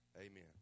Amen